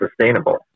sustainable